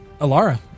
Alara